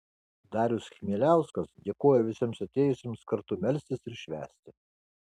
darius chmieliauskas dėkojo visiems atėjusiems kartu melstis ir švęsti